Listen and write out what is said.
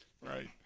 Right